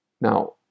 now